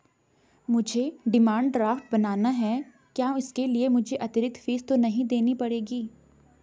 मुझे demand draft बनाना है क्या इसके लिए मुझे अतिरिक्त फीस तो नहीं देनी पड़ेगी?